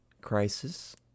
crisis